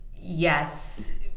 yes